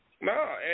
No